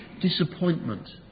disappointment